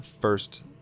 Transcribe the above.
first